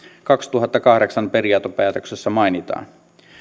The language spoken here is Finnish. kaksituhattakahdeksan periaatepäätöksessä mainitaan